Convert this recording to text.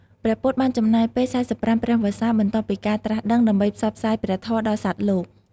ព្រះពុទ្ធបានចំណាយពេល ៤៥ ព្រះវស្សា បន្ទាប់ពីការត្រាស់ដឹង ដើម្បីផ្សព្វផ្សាយព្រះធម៌ដល់សត្វលោក។